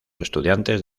estudiantes